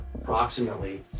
approximately